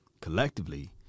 collectively